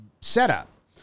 setup